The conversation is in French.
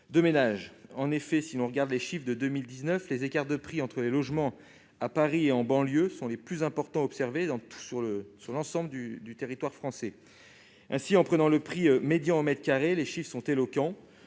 ménages. En effet, si l'on considère les chiffres de 2019, les écarts de prix entre les logements à Paris et en banlieue sont les plus importants que l'on puisse observer dans l'ensemble du territoire français. Ainsi, en prenant le prix médian au mètre carré, les chiffres sont éloquents